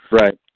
Right